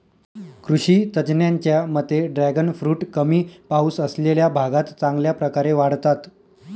कृषी तज्ज्ञांच्या मते ड्रॅगन फ्रूट कमी पाऊस असलेल्या भागात चांगल्या प्रकारे वाढतात